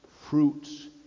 fruits